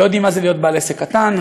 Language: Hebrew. לא יודעים מה זה להיות בעל עסק קטן,